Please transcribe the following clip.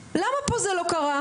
למה פה זה לא קרה?